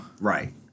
right